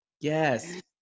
yes